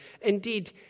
Indeed